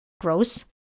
gross